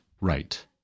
right